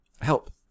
Help